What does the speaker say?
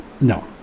No